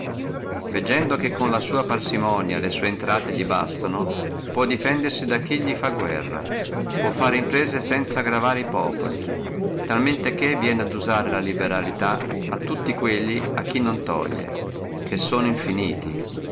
veggendo che con la sua parsimonia le sua intrate li bastano può defendersi da chi li fa guerra può fare imprese sanza gravare e populi talmente che viene a usare liberalità a tutti quelli a chi non toglie che sono infiniti